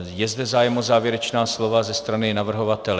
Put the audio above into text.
Je zde zájem o závěrečná slova ze strany navrhovatele?